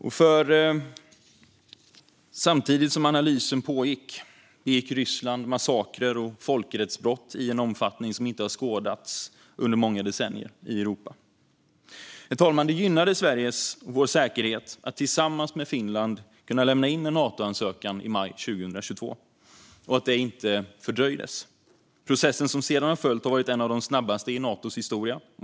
Samtidigt som analysen pågick begick Ryssland massakrer och folkrättsbrott i en omfattning som inte har skådats på många decennier i Europa. Herr talman! Det gynnade Sveriges säkerhet att vi tillsammans med Finland kunde lämna in en Natoansökan i maj 2022 och att detta inte fördröjdes. Processen som sedan har följt har varit en av de snabbaste i Natos historia.